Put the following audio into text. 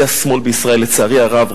זה השמאל בישראל, לצערי הרב.